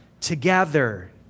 together